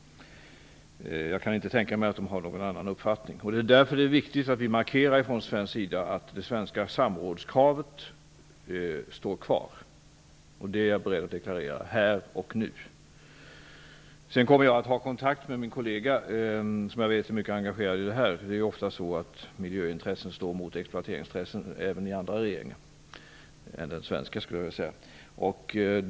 Jag kan inte tänka mig att de har någon annan uppfattning. Därför är det viktigt att vi från svensk sida markerar att det svenska samrådskravet står kvar. Det är jag beredd att deklarera här och nu. Sedan kommer jag att ha kontakt med min kollega, som jag vet är mycket engagerad i frågan. Det är ofta så att miljöintressen står emot exploateringsintressen även i andra regeringar än den svenska.